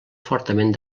fortament